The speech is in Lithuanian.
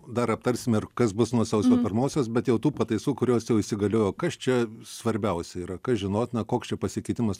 dar aptarsime ir kas bus nuo sausio pirmosios bet jau tų pataisų kurios jau įsigaliojo kas čia svarbiausia yra kas žinot na koks čia pasikeitimas